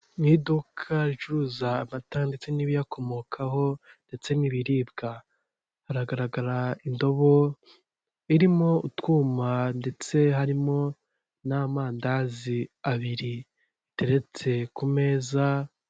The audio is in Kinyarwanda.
Mu iduka ricuruza amata ndetse n'ibiyakomokaho ndetse n'ibiribwa; hagaragara indobo irimo utwuma ndetse harimo n'amandazi abiri; biteretse ku meza